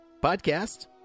podcast